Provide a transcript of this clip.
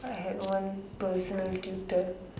I had one personal tutor